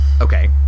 Okay